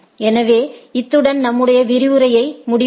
எனவே இத்துடன் நம்முடைய விரிவுரையை முடிப்போம்